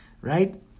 right